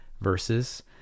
verses